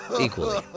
equally